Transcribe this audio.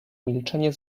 milczenie